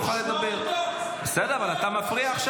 תודה.